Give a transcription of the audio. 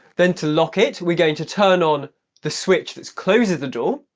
then to lock it we're going to turn on the switch that closes the door,